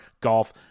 golf